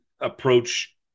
approach